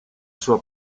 sua